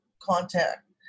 contact